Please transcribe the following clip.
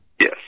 Yes